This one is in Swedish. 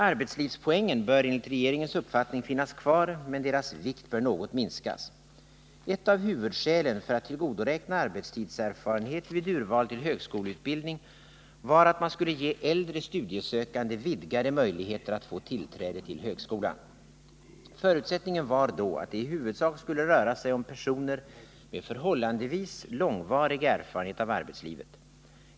Arbetslivspoängen bör enligt regeringens uppfattning finnas kvar, men vikten bör något minskas. Ett av huvudskälen för tillgodoräknande av arbetslivserfarenhet vid urval till högskoleutbildning var att man skulle ge äldre studiesökande vidgade möjligheter att få tillträde till högskolan. Förutsättningen var då att det skulle röra sig i huvudsak om personer med förhållandevis långvarig erfarenhet av arbetslivet.